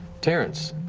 terrence